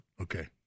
Okay